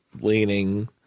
leaning